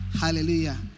Hallelujah